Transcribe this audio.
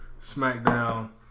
SmackDown